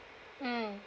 mm